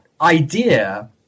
idea